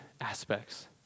aspects